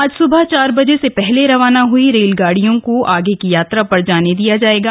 आज सबह चार बजे से पहले रवाना हुई रेलगाडियों को आगे की यात्रा पर जाने दिया जाएगा